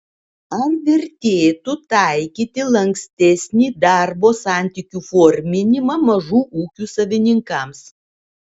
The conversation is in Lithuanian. ar vertėtų taikyti lankstesnį darbo santykių forminimą mažų ūkių savininkams